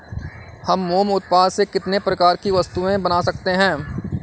हम मोम उत्पाद से कितने प्रकार की वस्तुएं बना सकते हैं?